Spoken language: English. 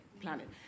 planet